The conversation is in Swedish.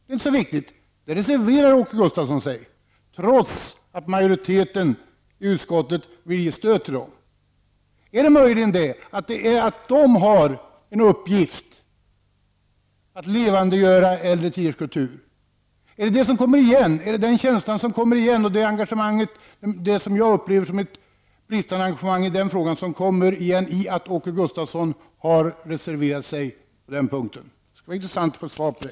I fråga om detta reserverar sig Åke Gustavsson trots att majoriteten i utskottet vill ge stöd till dem. Beror det möjligen på att de har en uppgift att levandegöra äldre tiders kultur? Är det den känslan och det som jag upplever som ett bristande engagemang i denna fråga som kommer igen när Åke Gustavsson reserverar sig på den punkten? Det skulle vara intressant att få svar på det.